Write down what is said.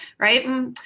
right